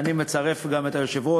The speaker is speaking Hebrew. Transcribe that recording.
ואני מצרף גם את היושב-ראש.